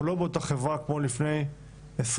אנחנו לא באותה החברה כמו לפני 20,